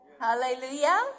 Hallelujah